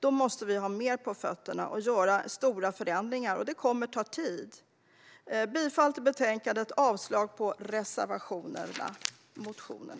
Vi måste ha mer på fötterna och göra stora förändringar, och det kommer att ta tid. Jag yrkar bifall till utskottets förslag och avslag på reservationen.